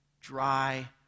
Dry